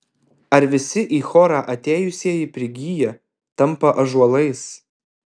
ar visi į chorą atėjusieji prigyja tampa ąžuolais